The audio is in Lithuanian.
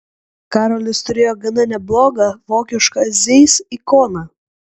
karolis turėjo gana neblogą vokišką zeiss ikoną